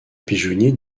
pigeonnier